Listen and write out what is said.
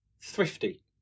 thrifty